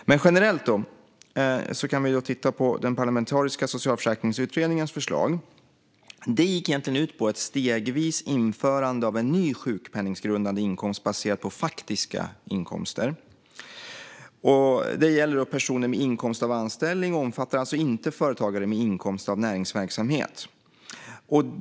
Men vi kan titta på den parlamentariska socialförsäkringsutredningens förslag generellt. Det gick egentligen ut på ett stegvist införande av en ny sjukpenninggrundande inkomst baserad på faktiska inkomster. Det gäller personer med inkomst av anställning och omfattar alltså inte företagare med inkomst av näringsverksamhet.